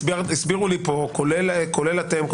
הסבירו לי פה כולל אתם,